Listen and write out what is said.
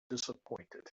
disappointed